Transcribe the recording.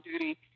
duty